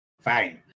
Fine